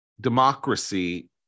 democracy